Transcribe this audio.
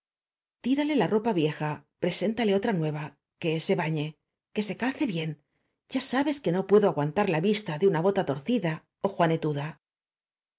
rale la ropa vieja preséntale otra n u e v a que se b a ñ e que se calce bien y a sabes q u e n o p u e d o aguantar la vista de una bota torcida ó juanetuda